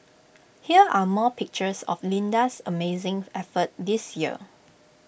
here are more pictures of Linda's amazing effort this year